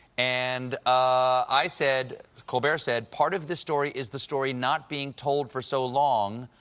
and i said colbert said, part of the story is the story not being told for so long,